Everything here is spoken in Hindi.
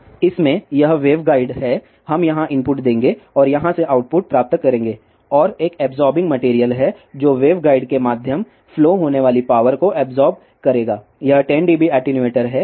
इसमें यह वेवगाइड है हम यहां इनपुट देंगे और यहां से आउटपुट प्राप्त करेंगे और एक अब्सॉर्बिंग मटेरियल है जो वेवगाइड के माध्यम फ्लो होने वाली पावर को अब्सॉर्ब करेगा यह 10 डीबी एटीन्यूएटर है